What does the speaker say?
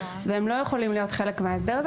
והם לא יכולים להיות חלק מההסדר הזה